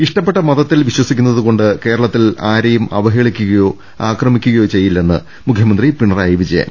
ഇഷ്ടപ്പെട്ട മതത്തിൽ വിശ്വസിക്കുന്നതുകൊണ്ട് കേരള ത്തിൽ ആരെയും അവഹേളിക്കുകയോ ആക്രമിക്കുകയോ ചെയ്യില്ലെന്ന് മുഖ്യമന്ത്രി പിണറായി വിജയൻ